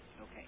Okay